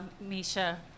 Misha